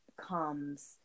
comes